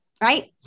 right